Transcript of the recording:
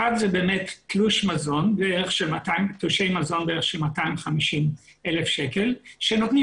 אחד זה באמת תלוש מזון בערך של 250,000 ₪ שנותנים